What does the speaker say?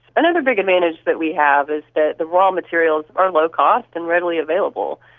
another big advantage that we have is that the raw materials are low-cost and readily available.